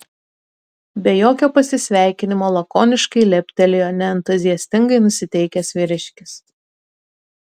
be jokio pasisveikinimo lakoniškai leptelėjo neentuziastingai nusiteikęs vyriškis